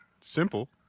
Simple